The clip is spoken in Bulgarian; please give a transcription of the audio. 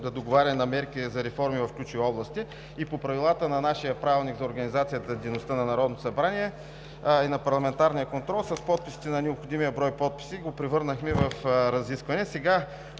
договаряне на мерки за реформи в ключови области и по правилата на нашия Правилник за организацията и дейността на Народното събрание и на парламентарния контрол, с необходимия брой подписи го превърнахме в разискване.